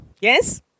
Yes